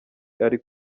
ari